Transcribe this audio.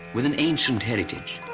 with an ancient heritage.